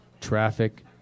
traffic